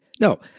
No